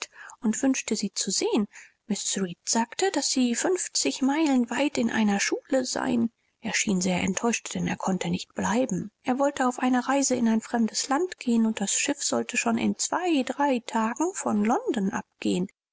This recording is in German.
und wünschte sie zu sehen mrs reed sagte daß sie fünfzig meilen weit in einer schule seien er schien sehr enttäuscht denn er konnte nicht bleiben er wollte auf eine reise in ein fremdes land gehen und das schiff sollte schon in zwei drei tagen von london abgehen